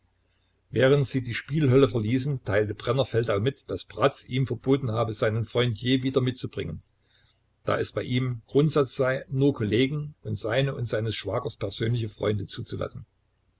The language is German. während sie die spielhölle verließen teilte brenner feldau mit daß bratz ihm verboten habe seinen freund je wieder mitzubringen da es bei ihm grundsatz sei nur kollegen und seine und seines schwagers persönliche freunde zuzulassen